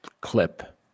clip